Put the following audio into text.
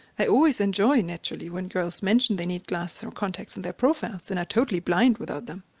i always enjoy naturally when girls mention they need glasses or contacts in their profile and are totally blind without them.